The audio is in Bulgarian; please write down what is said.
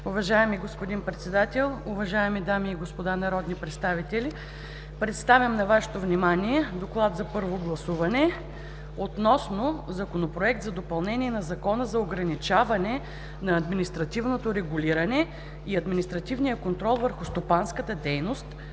Уважаеми господин Председател, уважаеми дами и господа народни представители! „ДОКЛАД за първо гласуване относно Законопроект за допълнение на Закона за ограничаване на административното регулиране и административния контрол върху стопанската дейност,